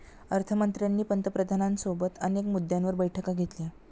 अर्थ मंत्र्यांनी पंतप्रधानांसोबत अनेक मुद्द्यांवर बैठका घेतल्या